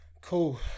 cool